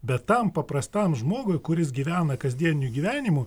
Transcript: bet tam paprastam žmogui kuris gyvena kasdieniniu gyvenimu